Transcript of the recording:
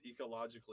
ecologically